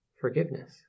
forgiveness